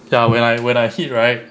ya when I when I hit right